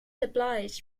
obliged